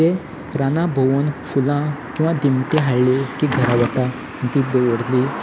ते राना भोंवून फुलां किंवा दिमटे हाडले की घरा वता आनी ती दवरली